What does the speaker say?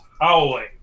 howling